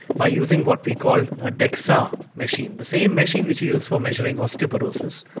by using what we call a dexa machine, the same machine which you use for measuring osteoporosis,